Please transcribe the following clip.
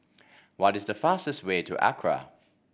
what is the fastest way to Accra